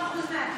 ב-90% מהתיקים,